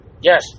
Yes